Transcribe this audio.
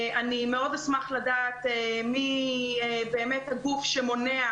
אני מאוד אשמח לדעת מי באמת הגוף שמונע